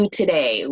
today